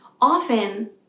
often